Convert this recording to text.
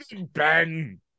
Ben